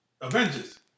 Avengers